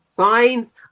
Signs